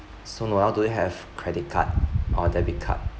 so noah do you have credit card or debit card